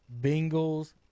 Bengals